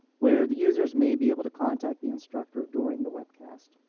where the users may be able to contact the instructor during the webcast.